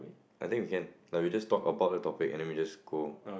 I think we can like we just talk about the topic and then we just go